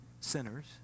sinners